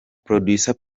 producer